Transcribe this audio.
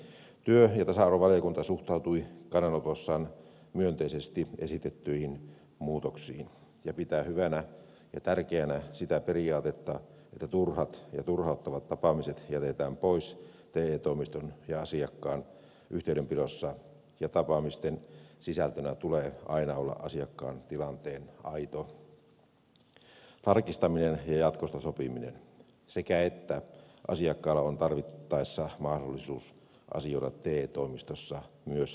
työ ja tasa arvovaliokunta suhtautui kannanotossaan myönteisesti esitettyihin muutoksiin ja pitää hyvänä ja tärkeänä sitä periaatetta että turhat ja turhauttavat tapaamiset jätetään pois te toimiston ja asiakkaan yhteydenpidossa tapaamisten sisältönä tulee aina olla asiakkaan tilanteen aito tarkistaminen ja jatkosta sopiminen sekä sitä että asiakkaalla on tarvittaessa mahdollisuus asioida te toimistossa myös henkilökohtaisesti